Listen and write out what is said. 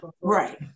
Right